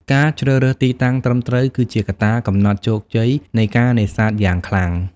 ការជ្រើសរើសទីតាំងត្រឹមត្រូវគឺជាកត្តាកំណត់ជោគជ័យនៃការនេសាទយ៉ាងខ្លាំង។